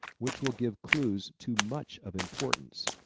which will give clues to much of importance,